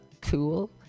cool